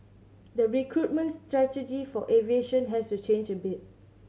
the recruitment strategy for aviation has to change a bit